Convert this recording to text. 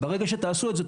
ברגע שתעשו את זה,